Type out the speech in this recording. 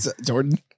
Jordan